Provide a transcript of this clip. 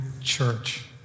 Church